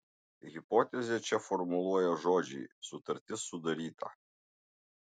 hipotezę čia formuluoja žodžiai sutartis sudaryta